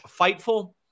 Fightful